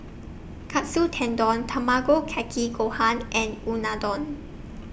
Katsu Tendon Tamago Kake Gohan and Unadon